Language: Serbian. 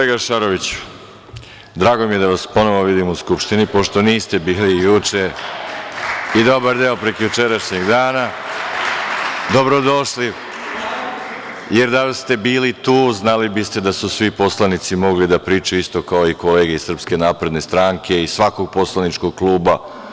Kolega Šaroviću, drago mi je da vas ponovo vidim u Skupštini, pošto niste bili juče i dobar deo prekjučerašnjeg dana, dobrodošli, jer da ste bili tu znali biste da su svi poslanici mogli da pričaju isto kao i kolege iz SNS, iz svakog poslaničkog kluba.